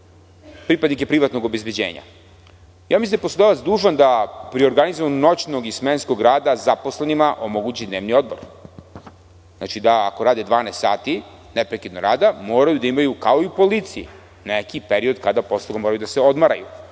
pripadnike privatnog obezbeđenja. Mislim da je poslodavac dužan da pri organizovanju noćnog i smenskog rada zaposlenima omogući dnevni odmor, da ako rade 12 sati neprekidno moraju da imaju kao i policija neki period kada moraju da se odmaraju.